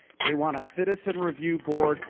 they want a citizen review board,